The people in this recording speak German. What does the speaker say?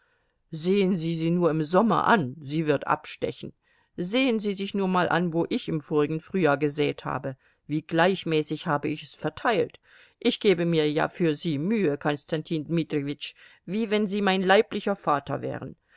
sehen sie sie nur im sommer an sie wird abstechen sehen sie sich nur mal an wo ich im vorigen frühjahr gesät habe wie gleichmäßig habe ich es verteilt ich gebe mir ja für sie mühe konstantin dmitrijewitsch wie wenn sie mein leiblicher vater wären